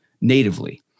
natively